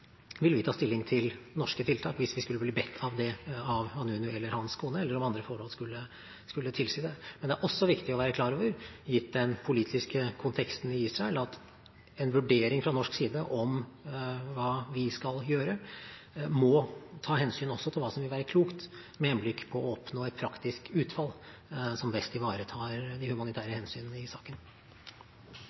vil vi ta stilling til norske tiltak hvis vi skulle bli bedt om det av Vanunu eller hans kone, eller om andre forhold skulle tilsi det. Men det er også viktig å være klar over, gitt den politiske konteksten i Israel, at en vurdering fra norsk side om hva vi skal gjøre, må ta hensyn til hva som vil være klokt med henblikk på å oppnå et praktisk utfall som best ivaretar de humanitære hensyn i saken.